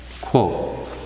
quote